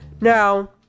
Now